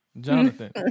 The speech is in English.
Jonathan